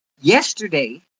yesterday